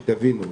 שתבינו אותם.